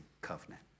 covenant